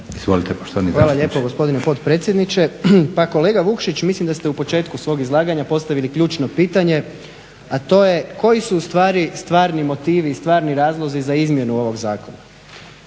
Hvala lijepo gospodine potpredsjedniče. Pa kolega Vukšić, mislim da se u početku svog izlaganja postavili ključno pitanje, a to je koji su u stvari stvarni motivi i stvarni razlozi za izmjenu ovog zakona?